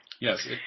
Yes